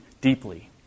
deeply